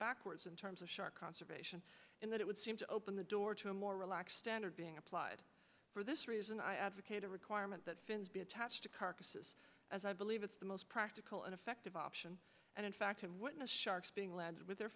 backwards in terms of shark conservation in that it would seem to open the door to a more relaxed standard being applied for this reason i advocate a requirement that be attached to carcasses as i believe it's the most practical and effective option and in fact have witnessed sharks being lads with their